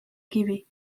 kivi